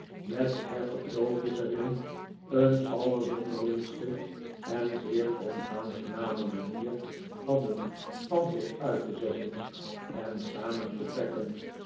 met scherpe kloofjes er in een allerzonderlingste en zeer onaangename manier hadden van zich uit te zetten en samen te trekken